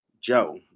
Joe